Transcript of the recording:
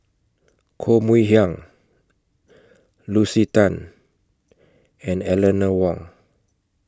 Koh Mui Hiang Julie Lucy Tan and Eleanor Wong